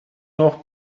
noch